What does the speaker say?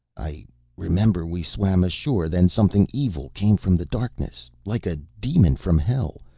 i remember we swam ashore, then something evil came from the darkness, like a demon from hell.